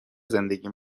زندگی